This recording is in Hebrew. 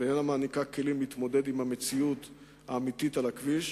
ואיננה מעניקה כלים להתמודד עם המציאות האמיתית על הכביש.